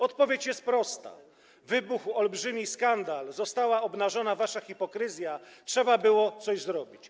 Odpowiedź jest prosta: wybuchł olbrzymi skandal, została obnażona wasza hipokryzja, trzeba było coś zrobić.